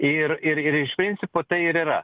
ir ir ir iš principo tai ir yra